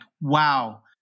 wow